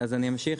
אז אני אמשיך.